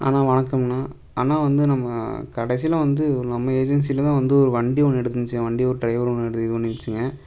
அண்ணா வணக்கம்ண்ணா அண்ணா வந்து நம்ம கடைசியில் வந்து நம்ம ஏஜென்சியில் தான் வந்து ஒரு வண்டி ஒன்று எடுத்துருந்துச்சி வண்டி ஒரு ட்ரைவர் ஒன்று எடு இது பண்ணுச்சிங்க